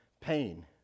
pain